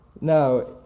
Now